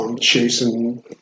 chasing